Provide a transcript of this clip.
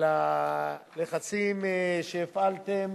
על הלחצים שהפעלתם,